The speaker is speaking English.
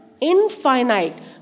infinite